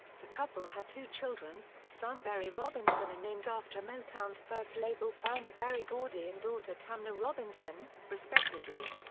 the couple had two children, son berry robinson and named after motown's first label founder berry gordy and daughter tamla robinson, respectively.